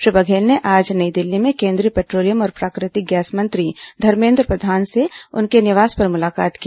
श्री बघेल ने आज नई दिल्ली में केंद्रीय पेट्रोलियम और प्राकृतिक गैस मंत्री धर्मेन्द्र प्रधान से उनके निवास पर मुलाकात की